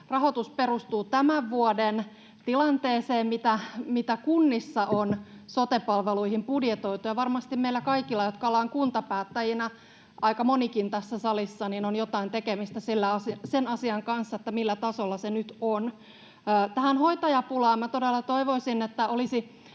rahoitus perustuu siihen tämän vuoden tilanteeseen, mitä kunnissa on sote-palveluihin budjetoitu? Ja varmasti meillä kaikilla, jotka ollaan kuntapäättäjinä — aika monikin tässä salissa — on jotain tekemistä sen asian kanssa, millä tasolla se nyt on. Tähän hoitajapulaan: Olisi